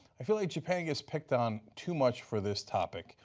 i feel like japan gets picked on too much for this topic.